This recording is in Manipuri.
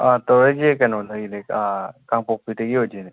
ꯑꯪ ꯇꯧꯔꯛꯏꯁꯦ ꯀꯩꯅꯣꯗꯒꯤꯅꯦ ꯑꯪ ꯀꯥꯡꯄꯣꯛꯄꯤꯗꯒꯤ ꯑꯣꯏꯗꯣꯏꯅꯦ